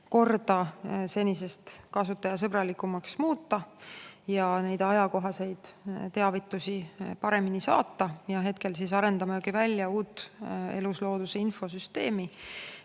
korda senisest kasutajasõbralikumaks ja ajakohaseid teavitusi paremini saata. Hetkel arendamegi välja uut eluslooduse infosüsteemi,